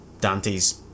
Dante's